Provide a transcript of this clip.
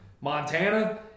Montana